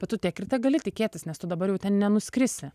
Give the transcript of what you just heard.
bet tu tiek ir tegali tikėtis nes tu dabar jau ten nenuskrisi